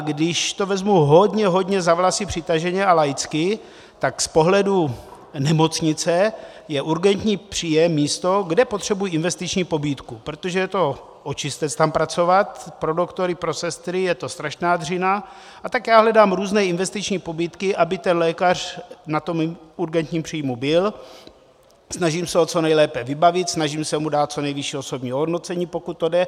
Když to vezmu hodně, hodně za vlasy přitaženě a laicky, tak z pohledu nemocnice je urgentní příjem místo, kde potřebují investiční pobídku, protože je očistec tam pracovat pro doktory, pro sestry, je to strašná dřina, a tak hledám různé investiční pobídky, aby ten lékař na tom urgentním příjmu byl, snažím se ho co nejlépe vybavit, snažím se mu dát co nejvyšší osobní ohodnocení, pokud to jde.